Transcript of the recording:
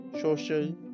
social